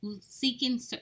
seeking